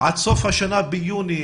השנה ביוני?